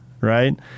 Right